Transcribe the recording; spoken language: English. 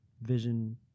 vision